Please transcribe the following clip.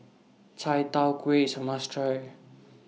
Chai Tow Kway IS A must Try